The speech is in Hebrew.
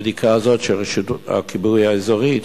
הבדיקה של הכיבוי האזורי,